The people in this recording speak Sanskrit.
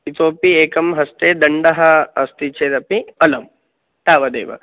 इतोपि एकं हस्ते दण्डः अस्ति चेदपि अलं तावदेव